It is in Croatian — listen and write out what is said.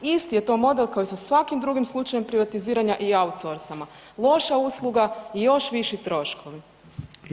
Isti je to model kao i sa svakim drugim slučajem privatiziranja i outsorsama, loša usluga i još viši troškovi.